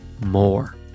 more